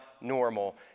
normal